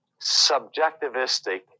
subjectivistic